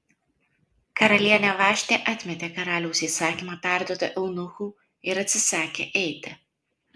karalienė vaštė atmetė karaliaus įsakymą perduotą eunuchų ir atsisakė eiti